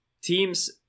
Teams